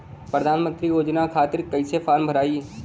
प्रधानमंत्री योजना खातिर कैसे फार्म भराई?